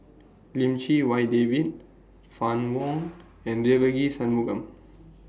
Lim Chee Wai David Fann Wong and Devagi Sanmugam